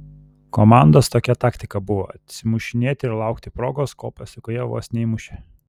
komandos tokia taktika buvo atsimušinėti ir laukti progos ko pasėkoje vos neįmušė